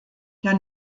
der